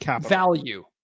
value